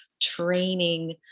training